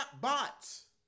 bots